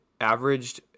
averaged